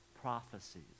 prophecies